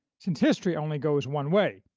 since history only goes one way,